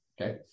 Okay